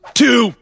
two